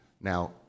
Now